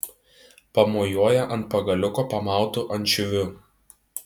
pamojuoja ant pagaliuko pamautu ančiuviu